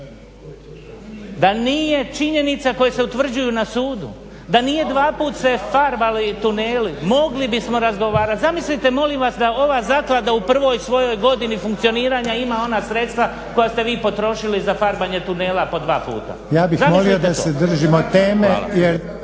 Da nije činjenica koje se utvrđuju na sudu, da nije dva puta se farbali tuneli, mogli bismo razgovarati. Zamislite molim vas da ova zaklada u prvoj svojoj godini funkcioniranja ima ona sredstva koja ste vi potrošili za farbanje tunela po dva puta? Hvala. **Reiner,